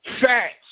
Facts